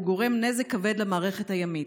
והוא גורם נזק כבד למערכת הימית.